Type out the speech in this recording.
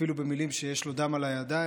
אפילו במילים שיש לו דם על הידיים.